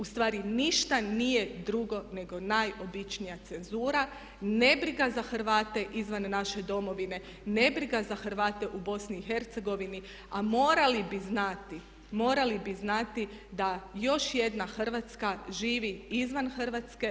U stvari ništa nije drugo nego najobičnija cenzura, nebriga za Hrvate izvan naše Domovine, nebriga za Hrvate u Bosni i Hercegovini, a morali bi znati da još jedna Hrvatska živi izvan Hrvatske.